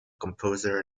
composer